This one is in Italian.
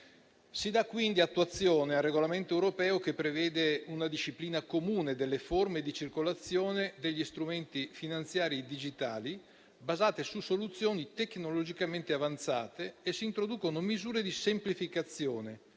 Si dà in tal modo attuazione al regolamento europeo che prevede una disciplina comune delle forme di circolazione degli strumenti finanziari digitali basate su soluzioni tecnologicamente avanzate e si introducono misure di semplificazione